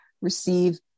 receive